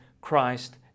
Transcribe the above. Christ